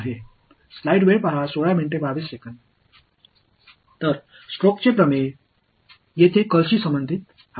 எனவே ஸ்டாக்ஸ் தியரம்Stoke's theorem curl ஐ இங்கே ஏதோவொன்றோடு தொடர்புபடுத்தப் போகிறது